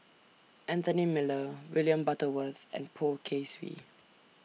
Anthony Miller William Butterworth and Poh Kay Swee